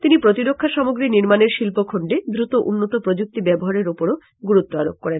তিনি প্রতিরক্ষা সামগ্রী নির্মানের শিল্প খন্ডে দ্রুত উন্নত প্রযুক্তি ব্যবহারের ওপরো গুরুত্ব আরোপ করেন